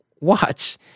watch